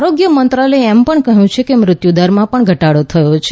આરોગ્ય મંત્રાલયે એમ પણ કહ્યું છે કે મૃત્યુ દરમાં પણ ઘટાડો થયો છે